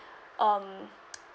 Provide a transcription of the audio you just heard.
um